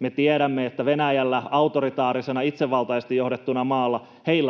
Me tiedämme, että Venäjällä autoritaarisena, itsevaltaisesti johdettuna maana